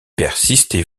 persistez